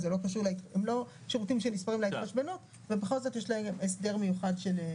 הם לא שירותים שנספרים להתחשבנות ובכל זאת יש להם הסדר מיוחד.